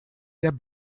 der